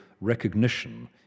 recognition